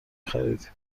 خریدیم